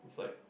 it's like